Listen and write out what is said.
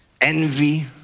envy